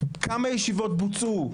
כמה ישיבות בוצעו?